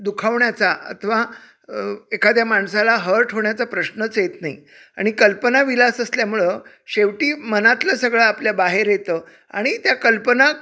दुखावण्याचा अथवा एखाद्या माणसाला हर्ट होण्याचा प्रश्नच येत नाही आणि कल्पनाविलास असल्यामुळं शेवटी मनातलं सगळं आपल्या बाहेर येतं आणि त्या कल्पना